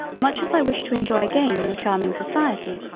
much as i wish to enjoy again your charming society,